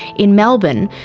in melbourne,